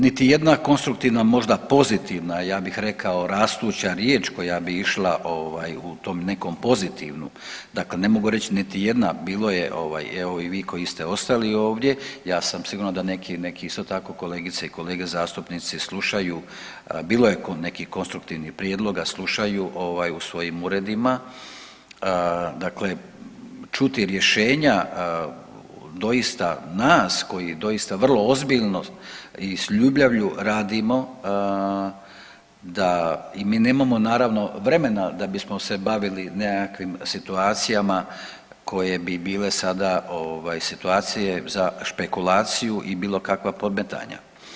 Niti jedna konstruktivna možda pozitivna ja bih rekao rastuća riječ koja bi išla ovaj u tom nekom pozitivnom, dakle ne mogu reć niti jedna, bilo je ovaj, evo i vi koji ste ostali ovdje, jasno sigurno da neki, neki isto tako kolegice i kolege zastupnici slušaju, bilo je nekih konstruktivnih prijedloga, slušaju ovaj u svojim uredima, dakle čuti rješenja doista nas koji doista vrlo ozbiljno i s ljubavlju radimo da i mi nemamo naravno vremena da bismo se bavili nekakvim situacijama koje bi bile sada ovaj situacije za špekulaciju i bilo kakva podmetanja.